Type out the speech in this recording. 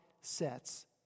sets